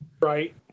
Right